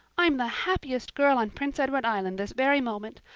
i'm the happiest girl on prince edward island this very moment.